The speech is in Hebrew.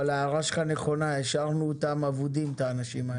ההערה שלך נכונה השארנו את האנשים האלה אבודים.